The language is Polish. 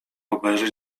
obejrzeć